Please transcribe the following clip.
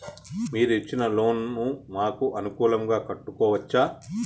మీరు ఇచ్చిన లోన్ ను మాకు అనుకూలంగా కట్టుకోవచ్చా?